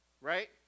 right